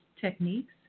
techniques